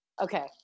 okay